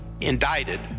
indicted